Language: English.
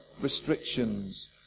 restrictions